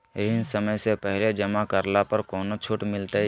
ऋण समय से पहले जमा करला पर कौनो छुट मिलतैय?